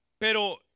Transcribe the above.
Pero